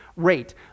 rate